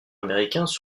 américains